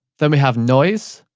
then we have noise,